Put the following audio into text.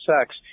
sex